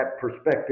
perspective